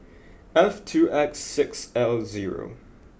F two X six L zero